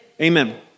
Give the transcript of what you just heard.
amen